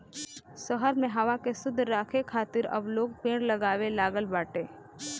शहर में हवा के शुद्ध राखे खातिर अब लोग पेड़ लगावे लागल बाटे